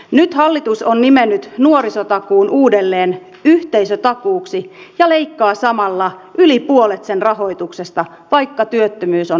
nyt hallitus on nimennyt nuorisotakuun uudelleen yhteisötakuuksi ja leikkaa samalla yli puolet sen rahoituksesta vaikka työttömyys on huipussaan